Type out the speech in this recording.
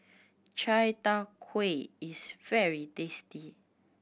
chai tow kway is very tasty